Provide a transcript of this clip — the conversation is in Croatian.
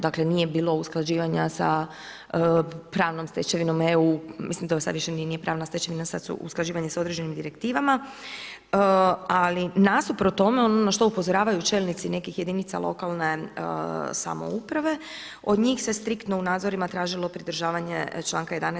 Dakle, nije bilo usklađivanja sa pravnom stečevinom EU, mislim to sad nije ni pravna stečevina sad su usklađivanje sa određenim direktivama, ali nasuprot tome ono što upozoravaju čelnici nekih jedinica lokalne samouprave, od njih se striktno u nadzorima tražilo pridržavanje članka 11.